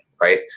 right